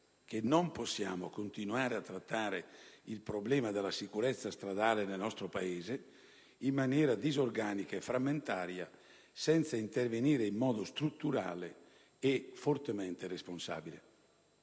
non possiamo continuare a trattare il problema della sicurezza stradale nel nostro Paese in maniera disorganica e frammentaria senza intervenire in modo strutturale e fortemente responsabile.